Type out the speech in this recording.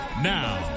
Now